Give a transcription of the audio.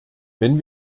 wenn